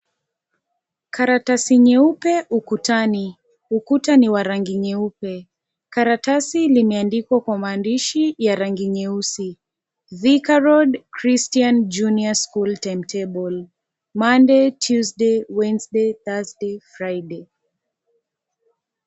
Karatasi nyeupe ukutani. Ukuta ni wa rangi nyeupe. Karatasi limeandikwa kwa maandishi ya rangi nyeusi Thika Road [ cs] christian junior school timetable, Monday Tuesday Wednesday Thursday Friday .